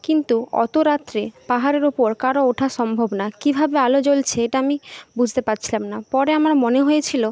কিন্তু অত রাত্রে পাহাড়ের উপর কারো ওঠা সম্ভব না কীভাবে আলো জ্বলছে এটা আমি বুঝতে পারছিলাম না পরে আমার মনে হয়েছিল